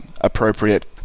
appropriate